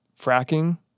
fracking